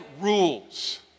rules